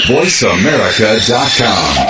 VoiceAmerica.com